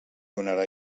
donarà